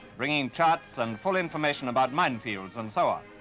bringing charts and full information about mine fields, and so on.